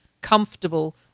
comfortable